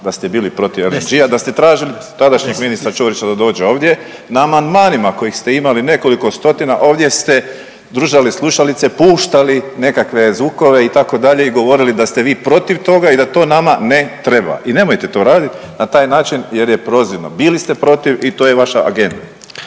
da ste bili protiv LNG-a, da ste tražili tadašnjeg ministra Ćorića da dođe ovdje, na amandmanima kojih ste imali nekoliko stotina, ovdje ste držali slušalice i puštali nekakve zvukove, itd. i govorili da ste vi protiv toga i da to nama ne treba i nemojte to raditi, na taj način jer je prozirno. Bili ste protiv i to je vaša agenda.